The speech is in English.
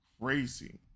crazy